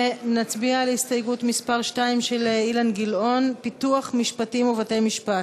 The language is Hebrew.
ונצביע על הסתייגות מס' 2 של אילן גילאון: פיתוח משפטים ובתי-משפט.